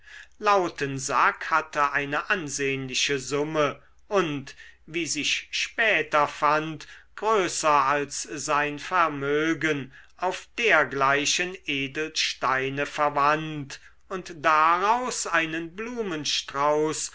lautensack hatte eine ansehnliche summe und wie sich später fand größer als sein vermögen auf dergleichen edelsteine verwandt und daraus einen blumenstrauß